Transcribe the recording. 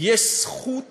יש זכות